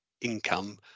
income